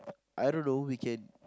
I don't know we can